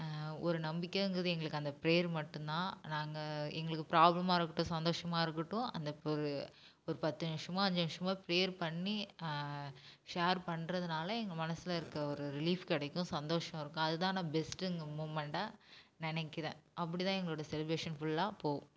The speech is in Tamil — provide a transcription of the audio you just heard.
ஒரு நம்பிக்கைங்கிறது எங்களுக்கு அந்த ப்ரேயர் மட்டும் தான் நாங்கள் எங்களுக்கு ப்ராப்ளமாக இருக்கட்டும் சந்தோஷமாக இருக்கட்டும் அந்த ஒரு ஒரு பத்து நிமிஷமோ அஞ்சு நிமிஷமோ ப்ரேயர் பண்ணி ஷேர் பண்ணுறதுனால எங்கள் மனசில் இருக்க ஒரு ரிலீஃப் கிடைக்கும் சந்தோஷம் இருக்கும் அது தான் நான் பெஸ்ட்டுங்கிற மூமெண்ட்டாக நினைக்கிறேன் அப்படி தான் எங்களோட செலிப்ரேஷன் ஃபுல்லாக போகும்